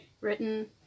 Written